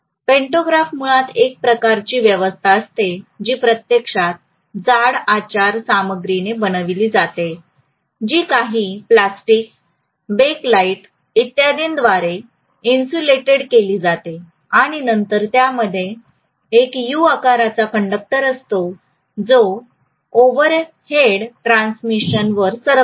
pantograph मुळात एक प्रकारची व्यवस्था असते जी प्रत्यक्षात जाड आचार सामग्रीने बनविली जाते जी काही प्लास्टिक बेकलाईट इत्यादीद्वारे इन्सुलेटेड केली जाते आणि नंतर त्यामध्ये एक यू आकाराचा कंडक्टर असतो जो ओव्हरहेड ट्रान्समिशनवर सरकतो